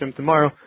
tomorrow